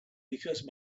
because